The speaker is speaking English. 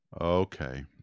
Okay